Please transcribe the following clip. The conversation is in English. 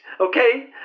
okay